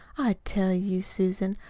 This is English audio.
i tell you, susan,